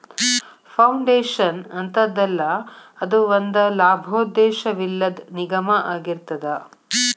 foundation ಅಂತದಲ್ಲಾ, ಅದು ಒಂದ ಲಾಭೋದ್ದೇಶವಿಲ್ಲದ್ ನಿಗಮಾಅಗಿರ್ತದ